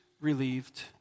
relieved